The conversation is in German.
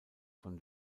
von